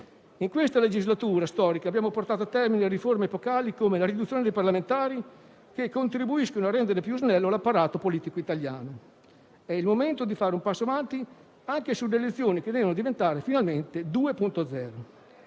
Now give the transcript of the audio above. in questa legislatura storica abbiamo portato a termine riforme epocali come la riduzione del numero dei parlamentari, che contribuiscono a rendere più snello l'apparato politico italiano. È il momento di fare un passo avanti anche sulle elezioni, che devono diventare finalmente 2.0.